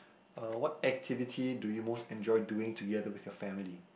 uh what activity do you most enjoy doing together with your family